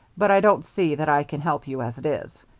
but i don't see that i can help you as it is.